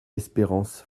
espérance